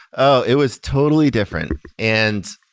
oh, it was totally different. and